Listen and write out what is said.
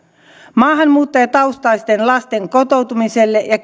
maahanmuuttajataustaisten lasten kotoutumiseen ja